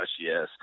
yes